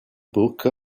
book